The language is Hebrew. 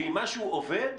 ואם משהו עובד,